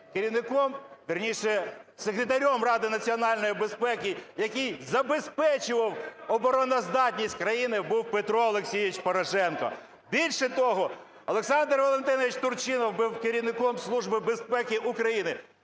керівником, вірніше секретарем Ради національної безпеки, який забезпечував обороноздатність країни, був Петро Олексійович Порошенко. Більше того, Олександр Валентинович Турчинов був керівником Служби безпеки України.